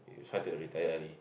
try to retire early